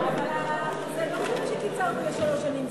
אבל זה לא מפני שקיצרתם לשלוש שנים,